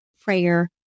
prayer